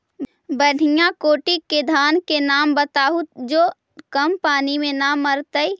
बढ़िया कोटि के धान के नाम बताहु जो कम पानी में न मरतइ?